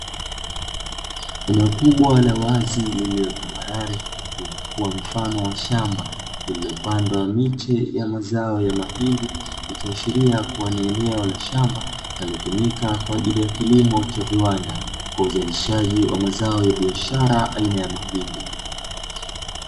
Eneo kubwa la wazi lililotambarare lililokuwa mfano wa shamba lililopandwa miche ya mazao ya mahindi, ikiashiria kuwa ni eneo la shamba linalotumika kwa ajili ya kilimo cha viwanda kwa uzalishaji wa mazao ya biashara aina ya mahindi.